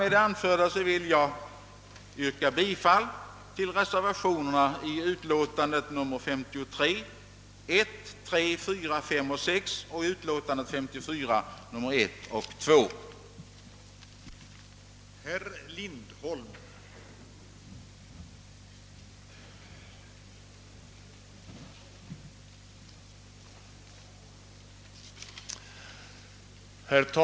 Med det anförda vill jag yrka bifall till reservationerna 1, 3, 4, 5 och 6 i statsutskottets utlåtande nr 53 samt till reservationerna 1 och 2 i statsutskottets utlåtande nr 54.